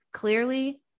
Clearly